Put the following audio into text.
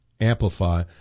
amplify